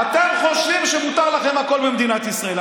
אתם חושבים שמותר לכם הכול במדינת ישראל.